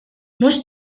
mhux